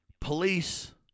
Police